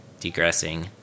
degressing